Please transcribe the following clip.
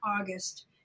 August